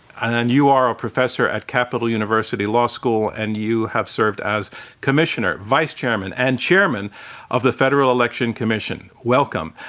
and and you are a professor at capital university law school, and you have served as commissioner, vice-chairman, and chairman of the federal election commission. welcome,